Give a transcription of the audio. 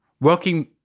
working